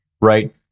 right